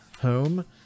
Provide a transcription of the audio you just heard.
home